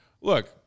Look